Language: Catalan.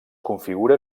configura